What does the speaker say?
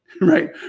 right